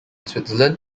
switzerland